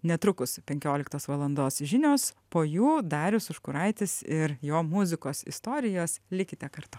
netrukus penkioliktos valandos žinios po jų darius užkuraitis ir jo muzikos istorijos likite kartu